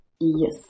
Yes